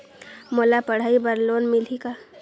मोला पढ़ाई बर लोन मिलही का?